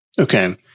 Okay